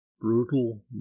brutal